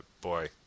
boy